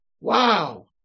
wow